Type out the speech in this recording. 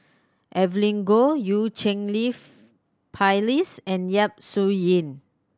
Evelyn Goh Eu Cheng Li Phyllis and Yap Su Yin